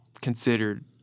considered